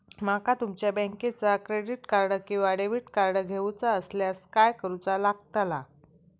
माका तुमच्या बँकेचा क्रेडिट कार्ड किंवा डेबिट कार्ड घेऊचा असल्यास काय करूचा लागताला?